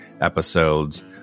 episodes